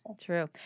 True